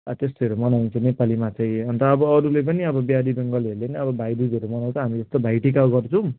अँ त्यस्तोहरू मनाउँछ नेपालीमा चाहिँ अन्त अब अरूले पनि अब बिहारी बङ्गलीहरूले पनि अब भाइदुजहरू मनाउँछ हामी जस्तो भाइटिकाहरू गर्छौँ